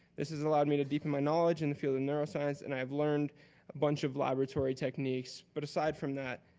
this has allowed me to deepen my knowledge in the field of neuroscience and i have learned a bunch of laboratory techniques, but aside from that,